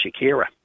Shakira